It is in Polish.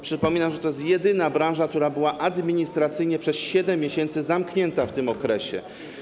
Przypominam, że to jest jedyna branża, która była administracyjnie przez 7 miesięcy zamknięta w tym okresie.